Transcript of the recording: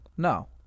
No